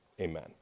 Amen